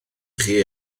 chi